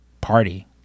party